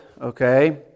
okay